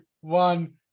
one